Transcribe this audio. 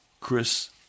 Chris